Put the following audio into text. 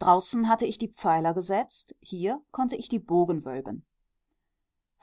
draußen hatte ich die pfeiler gesetzt hier konnte ich die bogen wölben